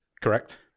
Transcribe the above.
Correct